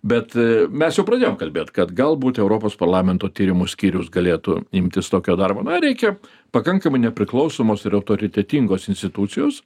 bet mes jau pradėjom kalbėt kad galbūt europos parlamento tyrimų skyrius galėtų imtis tokio darbo na reikia pakankamai nepriklausomos ir autoritetingos institucijos